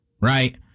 Right